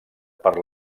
per